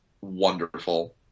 wonderful